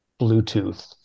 Bluetooth